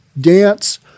dance